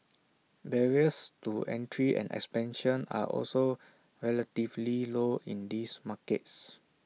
barriers to entry and expansion are also relatively low in these markets